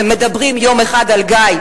ומדברים יום אחד על גיא,